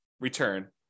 return